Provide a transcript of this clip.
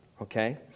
okay